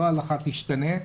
לא ההלכה תשתנה,